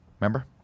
Remember